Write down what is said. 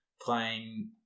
playing